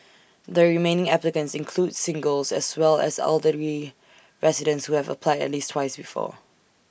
the remaining applicants include singles as well as elderly residents who have applied at least twice before